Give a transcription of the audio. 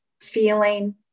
feeling